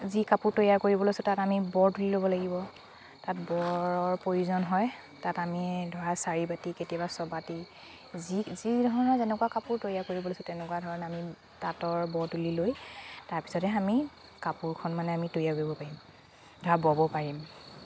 যি কাপোৰ তৈয়াৰ কৰিব লৈছোঁ তাত আমি বৰ তুলি ল'ব লাগিব তাত বৰৰ প্ৰয়োজন হয় তাত আমি ধৰা চাৰি বাতি কেতিয়াবা ছবাতি যি যি ধৰণে যেনেকুৱা কাপোৰ তৈয়াৰ কৰিব লৈছোঁ তেনেকুৱা ধৰণে আমি তাঁতৰ ব তুলি লৈ তাৰপিছতহে আমি কাপোৰখন মানে আমি তৈয়াৰ কৰিব পাৰিম ধৰা ব'ব' পাৰিম